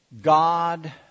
God